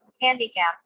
handicap